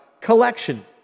collection